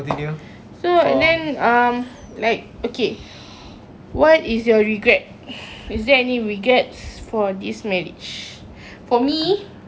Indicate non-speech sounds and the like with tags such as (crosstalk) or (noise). so and then um like okay what is your regret is there any regrets for this marriage (breath) for me